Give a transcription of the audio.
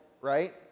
right